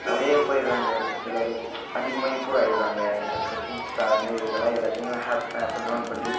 அப்படியே போகிடுறாங் எல்லோரும் அதிகமாக இம்புரு ஆகிடுறாங்க அதுக்கடுத்து இன்ஸ்டா அதேமாதிரி இருக்கிறதெல்லாம் எல்லாத்தியும் ஹப்டாப் டவுன்லோடு பண்ணி